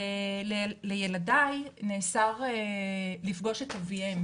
ולילדיי נאסר עליהם לפגוש את אביהם